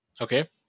Okay